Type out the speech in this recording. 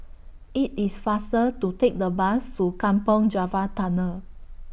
IT IS faster to Take The Bus to Kampong Java Tunnel